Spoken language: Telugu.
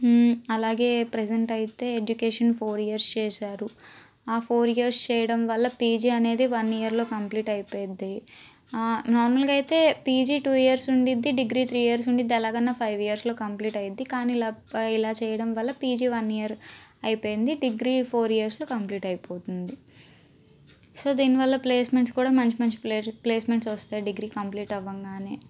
అలాగే ప్రెసెంట్ అయితే ఎడ్యుకేషన్ ఫోర్ ఇయర్స్ చేశారు ఆ ఫోర్ ఇయర్స్ చేయడం వల్ల పేజీ అనేది వన్ ఇయర్లో కంప్లీట్ అయిపోద్ది నార్మల్గా అయితే పీజీ టు ఇయర్స్ ఉండిద్ది డిగ్రీ త్రీ ఇయర్స్ ఉండిద్ది ఎలాగైనా ఫైవ్ ఇయర్స్లో కంప్లీట్ అయ్యిద్ది కానీ ఇలా ఇలా చేయడం వల్ల పీజీ వన్ ఇయర్ అయిపోయింది డిగ్రీ ఫోర్ ఇయర్స్లో కంప్లీట్ అయిపోతుంది సో దీని వల్ల ప్లేస్మెంట్స్ కూడా మంచి మంచి ప్లేస్ ప్లేస్మెంట్స్ వస్తాయి డిగ్రీ కంప్లీట్ అవ్వంగానే